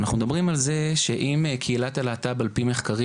אנחנו מדברים על זה שאם קהילת הלהט"ב על פי מחקרים